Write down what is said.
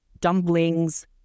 dumplings